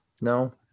No